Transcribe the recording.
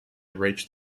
reached